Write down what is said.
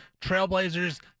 Trailblazers